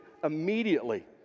immediately